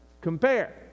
compare